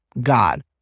God